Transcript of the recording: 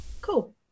Cool